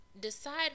decide